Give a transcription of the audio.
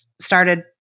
Started